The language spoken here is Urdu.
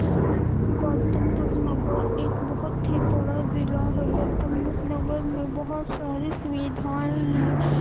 گوتم بدھ نگر ایک بہت ہی بڑا ضلع ہے گوتم بدھ نگر میں بہت ساری سویدھائیں ہیں